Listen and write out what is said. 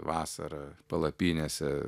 vasarą palapinėse